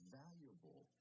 valuable